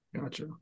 Gotcha